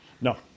No